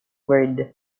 bird